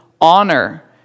honor